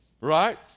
right